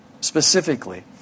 Specifically